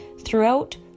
throughout